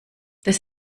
dass